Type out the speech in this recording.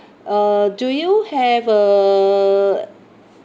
uh do you have a